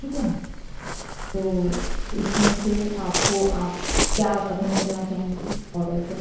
ठीक है न तो इसमें से आपको आप क्या पसंद करना चाहेंगी ऑडर पर